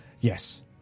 Yes